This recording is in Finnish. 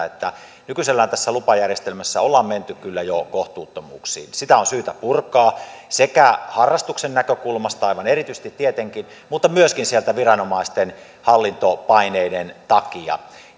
että nykyisellään tässä lupajärjestelmässä on menty jo kohtuuttomuuksiin sitä on syytä purkaa sekä harrastuksen näkökulmasta aivan erityisesti tietenkin että myöskin viranomaisten hallintopaineiden takia